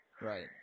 Right